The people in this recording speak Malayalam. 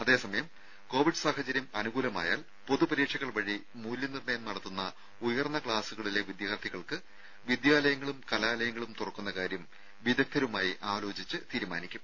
അതേസമയം കോവിഡ് സാഹചര്യം അനുകൂലമായാൽ പൊതുപരീക്ഷകൾ വഴി മൂല്യനിർണ്ണയം നടത്തുന്ന ഉയർന്ന ക്ലാസുകളിലെ വിദ്യാർഥികൾക്ക് വിദ്യാലയങ്ങളും കലാലയങ്ങളും തുറക്കുന്ന കാര്യം വിദഗ്ധരുമായി ആലോചിച്ച് തീരുമാനിക്കും